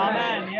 Amen